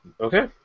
Okay